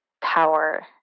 power